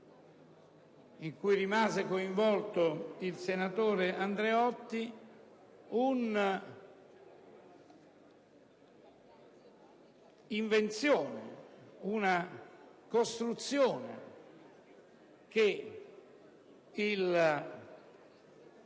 in cui rimase coinvolto il senatore Andreotti, un'invenzione, una costruzione del